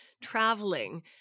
traveling